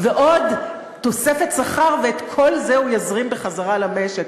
ועוד תוספת שכר, ואת כל זה הוא יזרים בחזרה למשק.